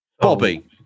Bobby